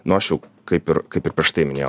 nu aš jau kaip ir kaip ir prieš tai minėjo